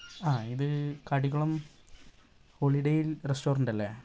ആ ഇത് കാട്ടിക്കുളം ഹോളിഡേയിൽ റെസ്റ്റോറൻ്റ് അല്ലേ